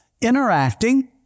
Interacting